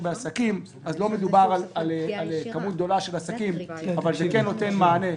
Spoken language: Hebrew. בעסקים אז לא מדובר על כמות גדולה של עסקים אבל זה כן נותן מענה.